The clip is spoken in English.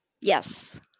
Yes